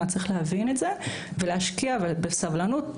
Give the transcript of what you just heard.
צריך להשקיע ולהיות סבלניים.